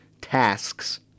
tasks